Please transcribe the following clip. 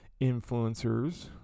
influencers